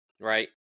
Right